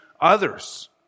others